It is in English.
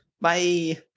Bye